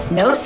no